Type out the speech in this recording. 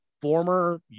former